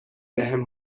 بهم